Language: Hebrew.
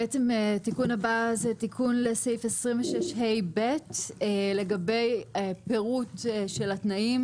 בעצם התיקון הבא זה תיקון לסעיף 26(ה)(ב) לגבי פירוט של התנאים.